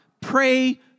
Pray